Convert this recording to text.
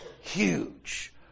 huge